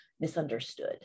misunderstood